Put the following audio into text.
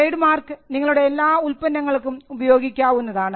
trade mark നിങ്ങളുടെ എല്ലാ ഉൽപ്പന്നങ്ങൾക്കും ഉപയോഗിക്കാവുന്നതാണ്